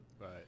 Right